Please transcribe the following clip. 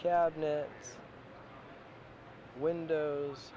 cabinets windows